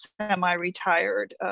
semi-retired